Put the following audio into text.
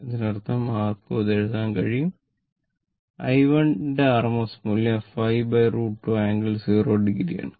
അതിനർത്ഥം ആർക്കും ഇത് എഴുതാൻ കഴിയും പറയുക i1 ന്റെ rms മൂല്യം 5 √ 2 ആംഗിൾ 0 o ആണ്